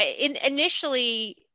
initially